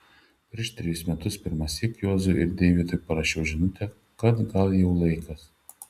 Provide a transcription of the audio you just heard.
prieš trejus metus pirmąsyk juozui ir deivydui parašiau žinutę kad gal jau laikas